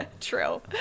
True